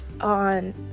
on